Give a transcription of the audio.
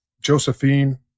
Josephine